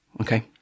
okay